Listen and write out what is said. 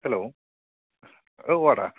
hello औ आदा